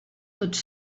tots